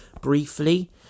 briefly